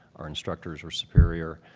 our instructors were superior,